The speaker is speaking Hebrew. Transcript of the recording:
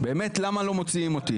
באמת למה לא מוציאים אותי?